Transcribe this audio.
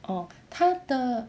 orh 它的